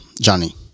Johnny